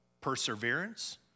perseverance